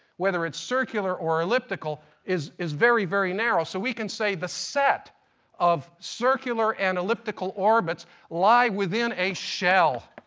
whether it's circular or elliptical, is is very, very narrow. so we can say the set of circular and elliptical orbits lie within a shell,